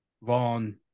Ron